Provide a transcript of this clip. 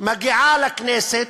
מגיעה לכנסת.